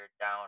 down